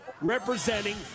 representing